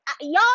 y'all